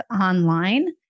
online